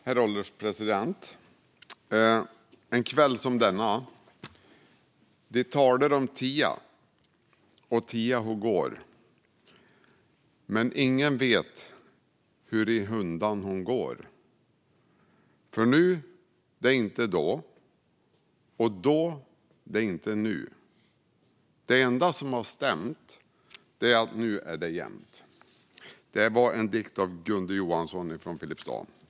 Herr ålderspresident! En kväll som denna: Di taler ôm tia, att tia ho går, men ingen vethur i hundan ho går, för nu, dä int då, och då dä ä int nu. Dä enda sôm stämtä att nu ä dä jämt. Det var en dikt av Gunde Johansson från Filipstad.